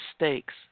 mistakes